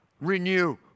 renew